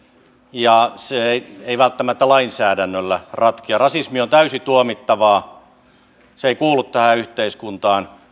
ja se ei ei välttämättä lainsäädännöllä ratkea rasismi on täysin tuomittavaa se ei kuulu tähän yhteiskuntaan